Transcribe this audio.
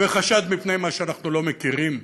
וחשד מפני מה שאנחנו לא מכירים?